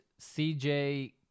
CJ